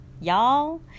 y'all